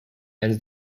ends